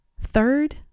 Third